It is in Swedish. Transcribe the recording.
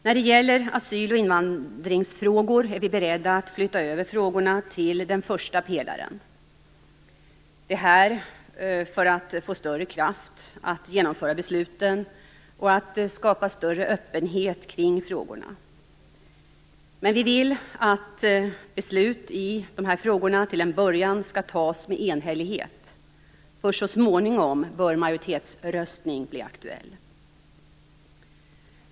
När det gäller asyl och invandringsfrågor är vi beredda att flytta över frågorna till den första pelaren - detta för att få större kraft att genomföra besluten och att skapa större öppenhet kring frågorna. Men vi vill att beslut i dessa frågor till en början skall fattas med enhällighet. Först så småningom bör majoritetsröstning bli aktuell.